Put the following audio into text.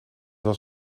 was